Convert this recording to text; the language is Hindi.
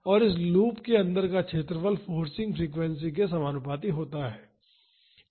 और इस लूप के अंदर का क्षेत्र फोर्सिंग फ्रीक्वेंसी के समानुपाती होता है